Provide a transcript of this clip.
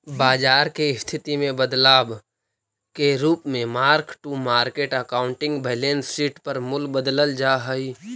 बाजार के स्थिति में बदलाव के रूप में mark to market accounting balance sheet पर मूल्य बदलल जा हई